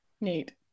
Neat